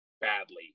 badly